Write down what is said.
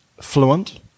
fluent